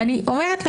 ואני אומרת לך,